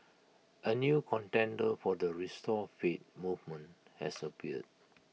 A new contender for the restore faith movement has appeared